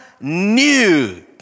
new